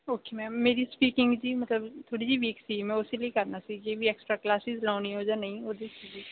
okay ma'am ਮੇਰੀ speaking ਜੀ ਮਤਲਬ ਥੋੜ੍ਹੀ ਜਿਹੀ ਵੀਕ ਸੀ ਮੈਂ ਉਸ ਲਈ ਕਰਨਾ ਸੀ ਜੀ ਵੀ ਐਕਸਟਰਾ ਕਲਾਸਿਸ ਲਗਾਉਣੀਆ ਜਾਂ ਨਹੀਂ ਉਹਦੀ 'ਚ ਜੀ